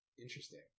Interesting